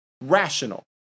rational